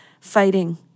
fighting